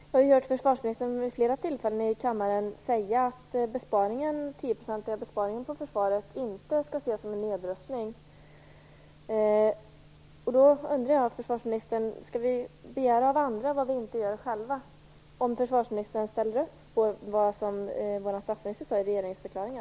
Jag har hört försvarsministern säga vid flera tillfällen här i kammaren att den tioprocentiga besparingen på försvaret inte skall ses som en nedrustning. Då undrar jag: Skall vi begära av andra vad vi inte gör själva? Ställer försvarsministern upp på det som statsministern sade i regeringsförklaringen?